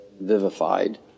vivified